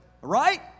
Right